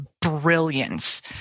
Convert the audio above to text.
brilliance